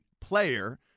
player –